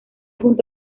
junto